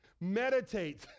Meditate